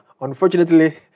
unfortunately